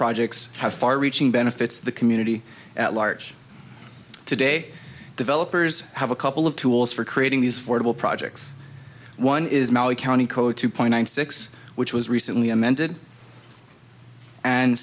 projects have far reaching benefits the community at large today developers have a couple of tools for creating these fordable projects one is molly county code two point six which was recently amended and